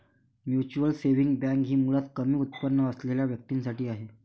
mutual saving bank ही मुळात कमी उत्पन्न असलेल्या व्यक्तीं साठी आहे